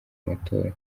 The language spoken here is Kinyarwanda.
matora